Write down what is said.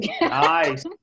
Nice